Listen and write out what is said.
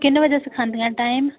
किन्ने बजे सखादियां टाइम